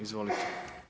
Izvolite.